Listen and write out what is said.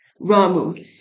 Ramu